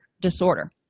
disorder